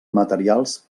materials